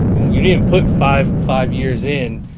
you didn't put five five years in,